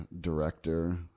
director